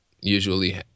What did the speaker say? usually